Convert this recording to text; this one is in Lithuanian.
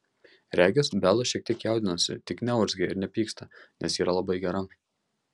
regis bela šiek tiek jaudinasi tik neurzgia ir nepyksta nes yra labai gera